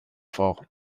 vor